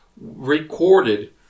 recorded